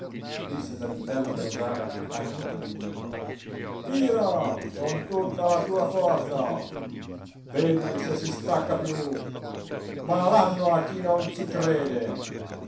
disse dall'interno della giara al contadino tira con tutta la tua forza vedi se si stacca più malanno a chi non ci crede